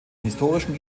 historischen